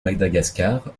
madagascar